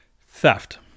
theft